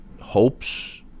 hopes